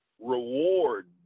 reward